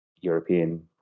European